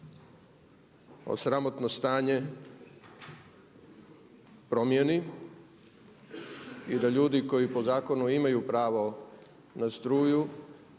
sramotno stanje promijeni i da ljudi koji po zakonu imaju pravo na struju,